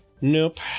Nope